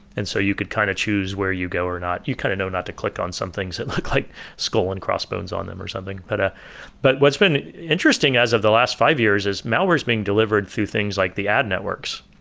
and so you could kind of choose where you go or not. you kind of know not to click on some things that look like skull and crossbones on them or something but but what's been interesting as of the last five years is malware's being delivered through things like the ad networks.